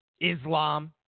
Islam